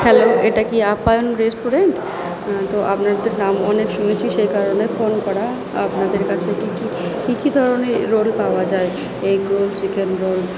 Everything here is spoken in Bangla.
হ্যালো এটা কি আপ্যায়ন রেস্টুরেন্ট হ্যাঁ তো আপনার তো নাম অনেক শুনেছি সেই কারণে ফোন করা আপনাদের কাছে কী কী কী কী ধরনের রোল পাওয়া যায় এগ রোল চিকেন রোল